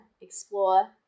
explore